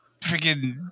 freaking